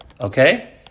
Okay